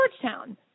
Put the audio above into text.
Georgetown